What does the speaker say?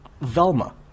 Velma